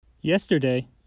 Yesterday